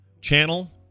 Channel